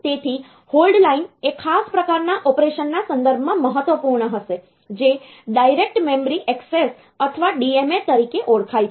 તેથી hold line એ ખાસ પ્રકારના ઓપરેશનના સંદર્ભમાં મહત્વપૂર્ણ હશે જે ડાયરેક્ટ મેમરી એક્સેસ અથવા DMA તરીકે ઓળખાય છે